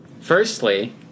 Firstly